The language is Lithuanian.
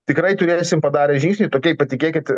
tikrai turėsim padarę žinsgnį tokiai patikėkit